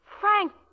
Frank